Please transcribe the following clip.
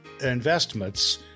investments